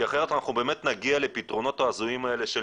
כי אחרת אנחנו נגיע באמת לפתרונות ההזויים האלה של